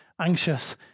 anxious